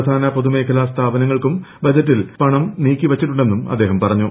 പ്രധാന പൊതുമേഖലാ സ്ഥാപനങ്ങൾക്കും ബജറ്റിൽ പണം നീക്കി വച്ചിട്ടുണ്ടെന്നും അദ്ദേഹം പറഞ്ഞു